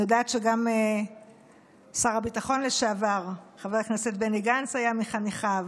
אני יודעת שגם שר הביטחון לשעבר חבר הכנסת בני גנץ היה מחניכיו,